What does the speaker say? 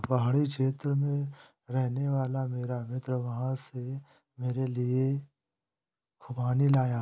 पहाड़ी क्षेत्र में रहने वाला मेरा मित्र वहां से मेरे लिए खूबानी लाया